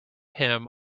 him